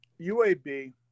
UAB